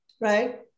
right